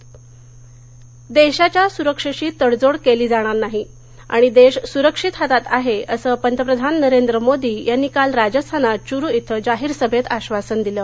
पंतप्रधान देशाच्या सुरक्षेशी तडजोड केली जाणार नाही आणि देश सुरक्षित हातात आहे असं पंतप्रधान नरेंद्र मोदी यांनी काल राजस्थानात चुरू इथं जाहीर सभेत आश्वासन दिलं